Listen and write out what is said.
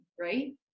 right